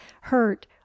hurt